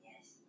Yes